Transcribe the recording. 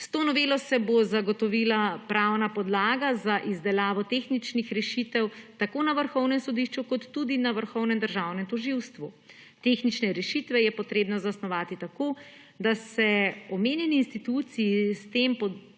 S to novelo se bo zagotovila pravna podlaga za izdelavo tehničnih rešitev tako na Vrhovnem sodišču kot tudi na Vrhovnem državnem tožilstvu. Tehnične rešitve je potrebno zasnovati tako, da se omenjeni instituciji s tem poročanjem